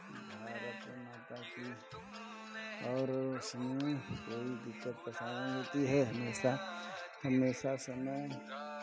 भारत माता की और उसमें कोई दिक्कत परेशानी नहीं होती है हमेशा हमेशा समय